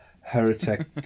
Heretic